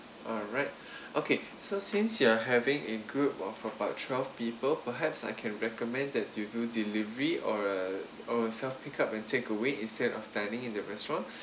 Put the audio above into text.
alright okay so since you are having a group of about twelve people perhaps I can recommend that you do delivery or uh or self pick up and take away instead of dining in the restaurant